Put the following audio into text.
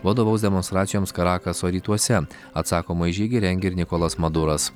vadovaus demonstracijoms karakaso rytuose atsakomąjį žygį rengia ir nikolas maduras